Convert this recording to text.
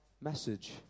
message